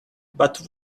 but